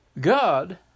God